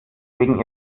wegen